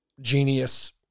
genius